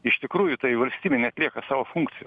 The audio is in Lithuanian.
iš tikrųjų tai valstybė neatlieka savo funkcijų